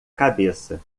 cabeça